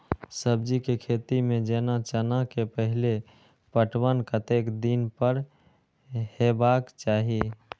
सब्जी के खेती में जेना चना के पहिले पटवन कतेक दिन पर हेबाक चाही?